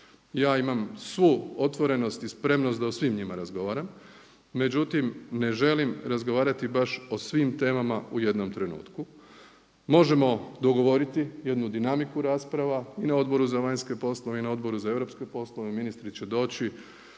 Ja imam svu otvorenost i spremnost da o svim njima razgovaram. Međutim, ne želim razgovarati baš o svim temama u jednom trenutku. Možemo dogovoriti jednu dinamiku rasprava i na Odboru za vanjske poslove i na Odboru za europske poslove, ministri će doći,